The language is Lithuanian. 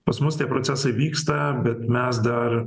pas mus tie procesai vyksta bet mes dar